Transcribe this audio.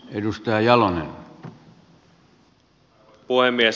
arvoisa puhemies